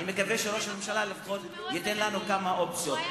אני מקווה שראש הממשלה ייתן לנו כמה אופציות,